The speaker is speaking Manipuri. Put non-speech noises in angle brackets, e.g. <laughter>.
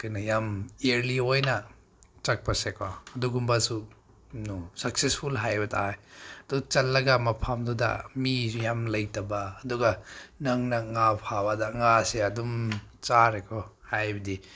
ꯀꯩꯅꯣ ꯌꯥꯝ ꯏꯌꯔꯂꯤ ꯑꯣꯏꯅ ꯆꯠꯄꯁꯦꯀꯣ <unintelligible> ꯁꯛꯁꯦꯁꯐꯨꯜ ꯍꯥꯏꯕ ꯇꯥꯏ ꯑꯗꯨ ꯆꯠꯂꯒ ꯃꯐꯝꯗꯨꯗ ꯃꯤꯁꯨ ꯌꯥꯝ ꯂꯩꯇꯕ ꯑꯗꯨꯒ ꯅꯪꯅ ꯉꯥ ꯐꯥꯕꯗ ꯉꯥꯁꯦ ꯑꯗꯨꯝ ꯆꯥꯔꯦꯀꯣ ꯍꯥꯏꯕꯗꯤ